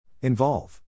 Involve